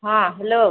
ହଁ ହ୍ୟାଲୋ